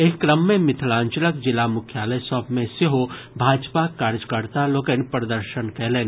एहि क्रम मे मिथिलांचलक जिला मुख्यालय सभ मे सेहो भाजपाक कार्यकर्ता लोकनि प्रदर्शन कयलनि